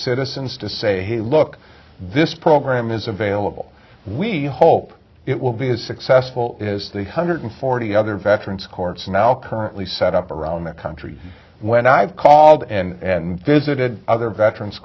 citizens to say hey look this program is available we hope it will be as successful as the hundred forty other veterans courts now currently set up around country when i've called and visited other veterans